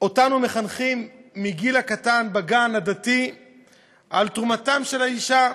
מחנכים אותנו מגיל קטן בגן הדתי על תרומתה של האישה.